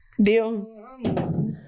Deal